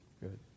good